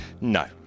No